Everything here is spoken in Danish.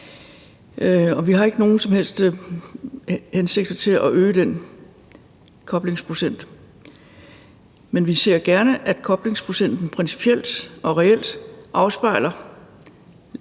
vi har ikke på nogen som helst måde til hensigt at øge den koblingsprocent. Men vi ser gerne, at koblingsprocenten principielt og reelt afspejler